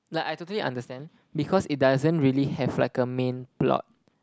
like I totally understand because it doesn't really have like a main plot